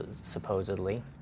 supposedly